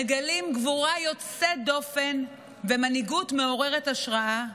מגלים גבורה יוצאת דופן ומנהיגות מעוררת השראה,